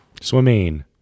swimming